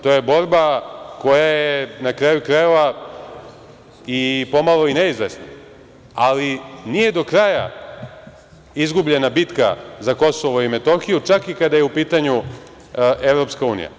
To je borba koja je, na kraju krajeva, i pomalo neizvesna, ali nije do kraja izgubljena bitka za Kosovo i Metohiju, čak i kada je u pitanju EU.